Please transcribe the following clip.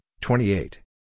twenty-eight